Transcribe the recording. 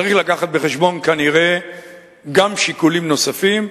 צריך לקחת בחשבון כנראה גם שיקולים נוספים.